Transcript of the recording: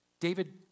David